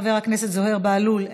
חבר הכנסת זוהיר בהלול,